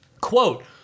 Quote